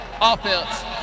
offense